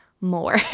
more